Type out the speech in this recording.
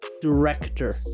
director